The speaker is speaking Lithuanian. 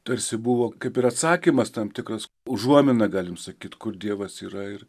tarsi buvo kaip ir atsakymas tam tikras užuomina galim sakyt kur dievas yra ir